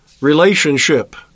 relationship